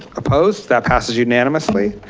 opposed, that passes unanimously.